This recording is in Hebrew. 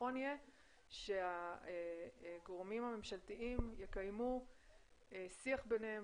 נכון יהיה שהגורמים הממשלתיים יקיימו שיח ביניהם